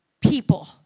people